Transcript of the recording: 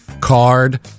card